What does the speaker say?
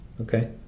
Okay